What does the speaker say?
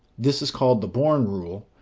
this is called the born rule,